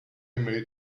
made